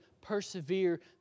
persevere